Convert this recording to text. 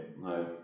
No